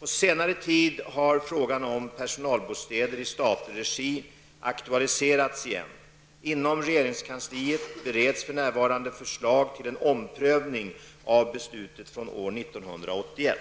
På senare tid har frågan om personalbostäder i statlig regi aktualiserats igen. Inom regeringskansliet bereds för närvarande förslag till en omprövning av beslutet från år 1981.